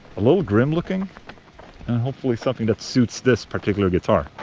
a little grim-looking and hopefully something that suits this particular guitar.